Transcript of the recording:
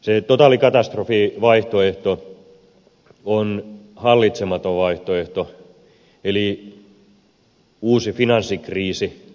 se totaalikatastrofivaihtoehto on hallitsematon vaihtoehto eli uusi finanssikriisi